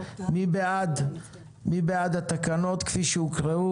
מי בעד התקנות כפי שהוקראו?